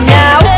now